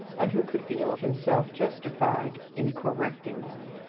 and who could feel himself justified in correcting them.